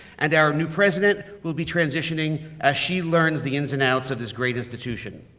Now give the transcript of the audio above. and our new president will be transitioning, as she learns the ins and outs of this great institution.